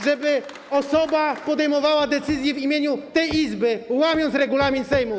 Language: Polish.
żeby osoba podejmowała decyzje w imieniu tej Izby, łamiąc regulamin Sejmu.